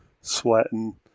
Sweating